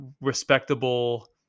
respectable